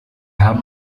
haben